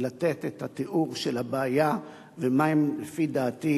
מלתת את התיאור של הבעיה ומהן לפי דעתי